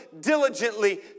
diligently